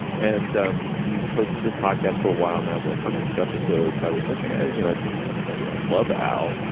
and um he's hosted this podcast for a while now. there are hundreds of episodes. i was like, ah you know but you know, i love al,